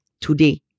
today